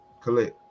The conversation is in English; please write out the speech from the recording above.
Collect